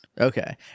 Okay